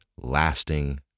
lasting